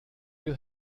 you